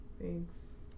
Thanks